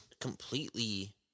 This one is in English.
completely